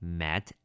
mad